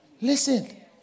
Listen